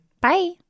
Bye